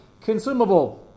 consumable